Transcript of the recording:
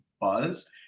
buzz